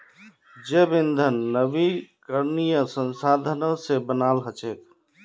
जैव ईंधन नवीकरणीय संसाधनों से बनाल हचेक